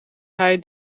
hij